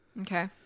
okay